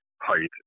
height